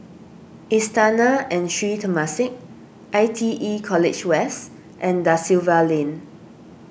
Istana and Sri Temasek I T E College West and Da Silva Lane